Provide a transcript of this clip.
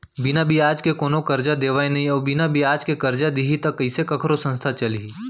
बिना बियाज के तो कोनो करजा देवय नइ अउ बिना बियाज के करजा दिही त कइसे कखरो संस्था चलही